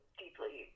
deeply